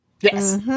Yes